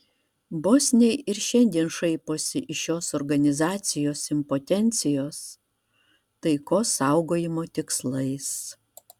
bosniai ir šiandien šaiposi iš šios organizacijos impotencijos taikos saugojimo tikslais